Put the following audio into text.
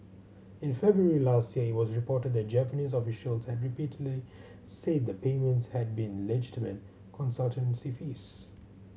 in February last year it was reported that Japanese official had repeatedly said the payments had been legitimate consultancy fees